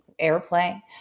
airplay